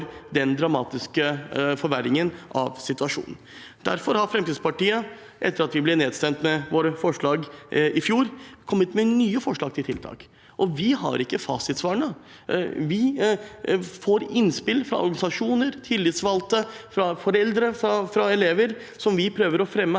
den dramatiske forverringen av situasjonen. Derfor har Fremskrittspartiet, etter at våre forslag ble nedstemt i fjor, kommet med nye forslag til tiltak. Vi har ikke fasitsvarene. Vi får innspill fra organisasjoner, fra tillitsvalgte, fra foreldre og fra elever som vi prøver å fremme